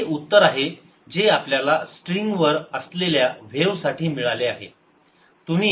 आता हे ते उत्तर आहे जे आपल्याला स्ट्रिंग वर असलेल्या व्हेव साठी मिळाले आहे